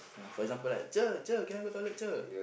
ah for example like cher cher can I go toilet cher